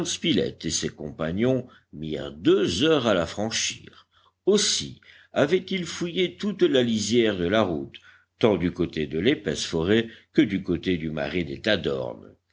et ses compagnons mirent deux heures à la franchir aussi avaient-ils fouillé toute la lisière de la route tant du côté de l'épaisse forêt que du côté du marais des